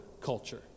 culture